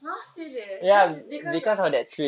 !huh! serious just because of